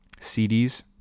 cds